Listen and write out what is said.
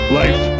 life